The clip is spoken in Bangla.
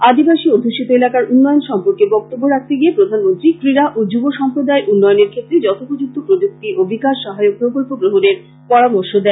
আদিবাসী অধ্যুষিত এলাকার উন্নয়ন সম্পর্কে বক্তব্য রাখতে গিয়ে প্রধানমন্ত্রী ক্রীড়া ও যুব সম্প্রদায়ের উন্নয়নের ক্ষেত্রে যথোপযুক্ত প্রযুক্তি ও বিকাশ সহায়ক প্রকল্প গ্রহণের পরামর্শ দেন